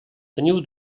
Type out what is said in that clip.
teniu